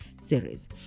Series